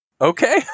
Okay